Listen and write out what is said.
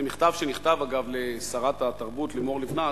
זה מכתב שנכתב אגב לשרת התרבות לימור לבנת,